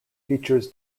features